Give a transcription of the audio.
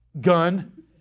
gun